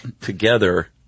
together